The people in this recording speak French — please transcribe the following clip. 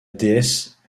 déesse